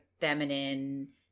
feminine